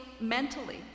mentally